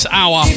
hour